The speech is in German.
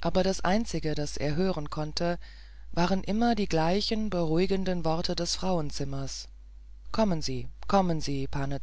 aber das einzige das er hören konnte waren immer die gleichen beruhigenden worte des frauenzimmers kommen sie kommen sie pane